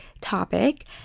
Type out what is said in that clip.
topic